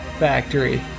factory